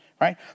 Right